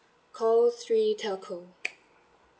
call three telco